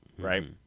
right